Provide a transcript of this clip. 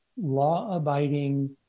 law-abiding